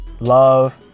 love